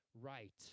right